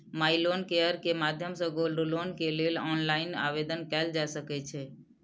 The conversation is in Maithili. माइ लोन केयर के माध्यम सं गोल्ड लोन के लेल ऑनलाइन आवेदन कैल जा सकै छै